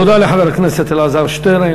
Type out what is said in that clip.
תודה לחבר הכנסת אלעזר שטרן.